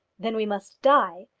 then we must die.